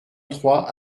trois